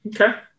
Okay